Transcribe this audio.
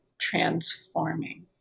transforming